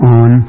on